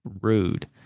rude